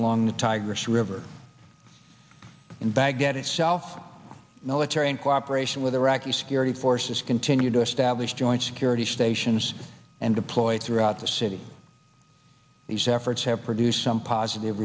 the tigris river in baghdad itself military in cooperation with iraqi security forces continue to establish joint security stations and deployed throughout the city these efforts have produced some positive